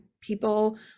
people